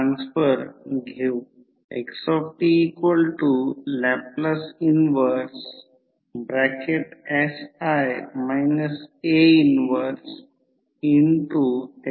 तर हे प्रत्यक्षात ट्रान्सफॉर्मर रेटिंग आहे साधारणपणे ट्रान्सफॉर्मर नेमप्लेटवर ते KVA रेटिंग दिले जाईल ही फ्रिक्वेन्सी युनिट एमपीडन्ससाठी दिली जाईल या सर्व गोष्टी दिल्या जातील